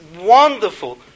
wonderful